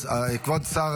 כבוד השר